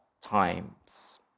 times